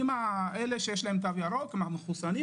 עם אלה שיש להם תו ירוק, המחוסנים.